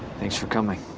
thanks for coming.